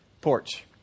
porch